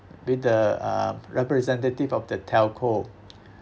with the uh representative of the telco